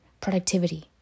productivity